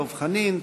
דב חנין,